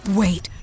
wait